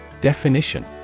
Definition